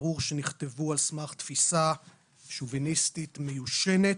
ברור שנכתבו על סמך תפיסה שוביניסטית מיושנת,